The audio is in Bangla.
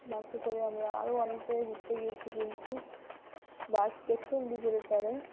বাসে করে আমরা আরও অনেক জায়গায় ঘুরতে গিয়েছি কিন্তু বাস পেট্রোল ডিজেলে চড়ে